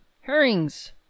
Herrings